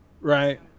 Right